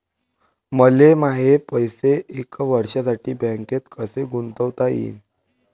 मले माये पैसे एक वर्षासाठी बँकेत कसे गुंतवता येईन?